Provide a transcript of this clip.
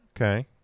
Okay